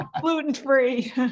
Gluten-free